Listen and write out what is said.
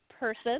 person